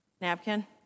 napkin